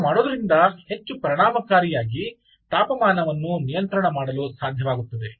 ಹೀಗೆ ಮಾಡುವುದರಿಂದ ಹೆಚ್ಚು ಪರಿಣಾಮಕಾರಿಯಾಗಿ ತಾಪಮಾನವನ್ನು ನಿಯಂತ್ರಣ ಮಾಡಲು ಸಾಧ್ಯವಾಗುತ್ತದೆ